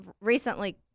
recently